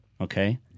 Okay